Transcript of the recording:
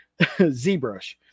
zbrush